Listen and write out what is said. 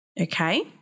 Okay